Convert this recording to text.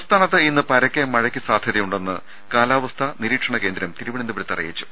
സംസ്ഥാനത്ത് ഇന്ന് പരക്കെ മഴ്ക്ക് സാധൃതയുണ്ടെന്ന് കാലാവസ്ഥാ നിരീക്ഷണ കേന്ദ്രം തിരുവനന്തപുരത്ത് അറിയിച്ചു